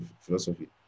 philosophy